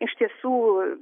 iš tiesų